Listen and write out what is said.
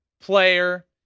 player